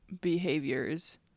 behaviors